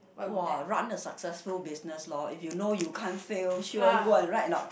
!wah! run a successful business lor if you know you can't fail sure go and right not